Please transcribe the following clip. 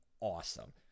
awesome